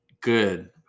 good